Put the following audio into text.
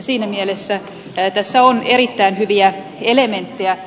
siinä mielessä tässä on erittäin hyviä elementtejä